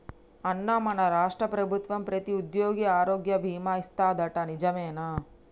అన్నా మన రాష్ట్ర ప్రభుత్వం ప్రతి ఉద్యోగికి ఆరోగ్య బీమా ఇస్తాదట నిజమేనా